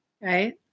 right